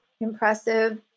impressive